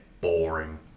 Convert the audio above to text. boring